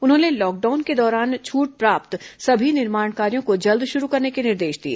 उन्होंने लाकडाउन के दौरान छूट प्राप्त सभी निर्माण कार्यों को जल्द शुरू करने के निर्देश दिए